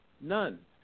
none